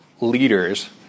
leaders